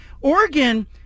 Oregon